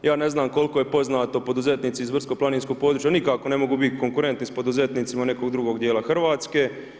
Ja ne znam koliko je poznato poduzetnici iz brdsko-planinskog područja nikako ne mogu biti konkurentni s poduzetnicima nekog drugog dijela Hrvatske.